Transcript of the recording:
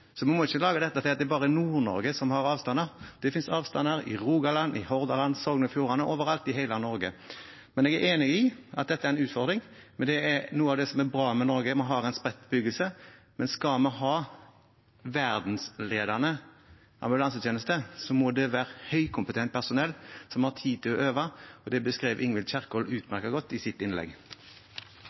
må ikke lage dette til at det bare er Nord-Norge som har avstander. Det finnes avstander i Rogaland, i Hordaland, i Sogn og Fjordane – overalt i hele Norge. Jeg er enig i at dette er en utfordring. Noe av det som er bra med Norge, er at vi har en spredt bebyggelse, men skal vi ha en verdensledende ambulansetjeneste, må det være høykompetent personell som har tid til å øve, og det beskrev Ingvild Kjerkol utmerket godt i sitt innlegg.